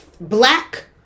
black